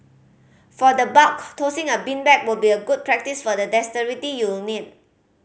for the bulk tossing a beanbag would be good practice for the dexterity you'll need